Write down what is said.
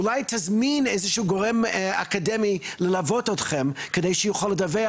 אולי תזמין גורם אקדמי ללוות אתכם כדי שיוכל לדווח